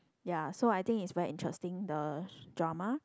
ya so I think it's very interesting the drama